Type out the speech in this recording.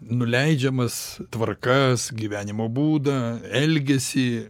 nuleidžiamas tvarkas gyvenimo būdą elgesį